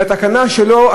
התקנה שלו,